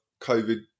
COVID